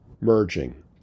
merging